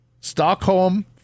Stockholm